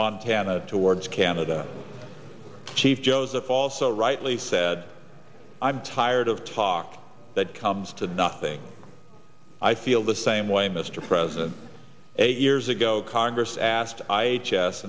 montana towards canada chief joseph also rightly said i'm tired of talk that comes to nothing i feel the same way mr president eight years ago congress asked i gess